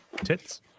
Tits